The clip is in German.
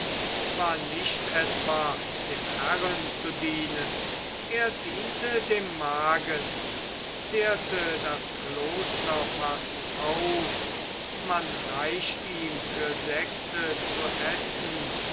zwar nicht etwa dem herren zu dienen er diente dem magen zehrte das kloster fast auf man reicht ihm für sechse zu essen